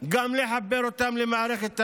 לחבר אותם גם למערכת הביוב?